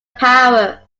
power